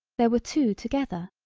there were two together.